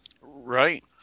Right